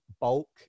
bulk